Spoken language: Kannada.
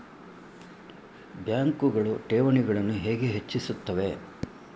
ಬ್ಯಾಂಕುಗಳು ಠೇವಣಿಗಳನ್ನು ಹೇಗೆ ಹೆಚ್ಚಿಸುತ್ತವೆ?